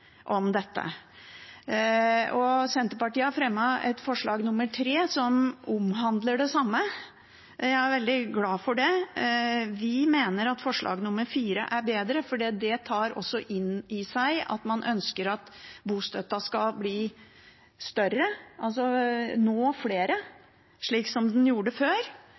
om dette. Senterpartiet har fremmet et forslag, forslag nr. 3, som omhandler det samme. Jeg er veldig glad for det. Vi mener at forslag nr. 4 er bedre, for det tar opp i seg at man ønsker at bostøtten skal bli større, altså nå flere, slik den gjorde før.